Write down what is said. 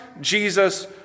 Jesus